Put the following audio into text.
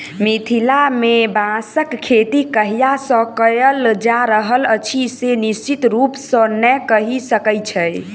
मिथिला मे बाँसक खेती कहिया सॅ कयल जा रहल अछि से निश्चित रूपसॅ नै कहि सकैत छी